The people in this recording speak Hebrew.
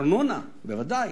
ארנונה בוודאי,